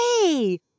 Hey